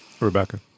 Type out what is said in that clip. Rebecca